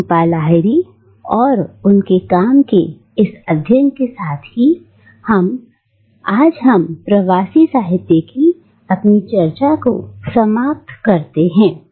झूंपा लाहिरी और उनके काम के इस अध्ययन के साथ ही आज हम प्रवासी साहित्य की अपनी चर्चा को समाप्त करते हैं